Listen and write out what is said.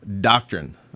doctrine